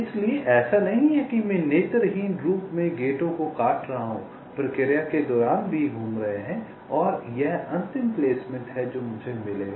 इसलिए ऐसा नहीं है कि मैं नेत्रहीन रूप से गेटों को काट रहा हूं प्रक्रिया के दौरान भी घूम रहे हैं और यह अंतिम प्लेसमेंट है जो मुझे मिलेगा